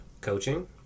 coaching